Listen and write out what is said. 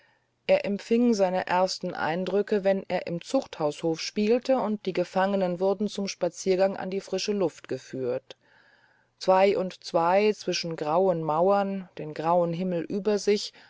er empfing seine ersten eindrücke wenn er im zuchthause spielte und die gefangenen wurden zum spaziergang an die frische luft geführt zwei und zwei zwischen grauen mauern den grauen himmel über sich